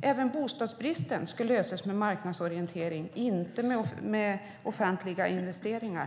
Även bostadsbristen ska lösas med marknadsorientering och inte med offentliga investeringar.